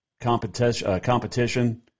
competition